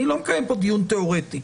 אני לא מקיים פה דיון תיאורטי.